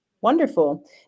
Wonderful